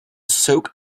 soak